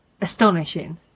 astonishing